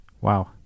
wow